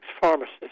pharmacist